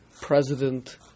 president